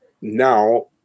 now